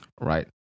right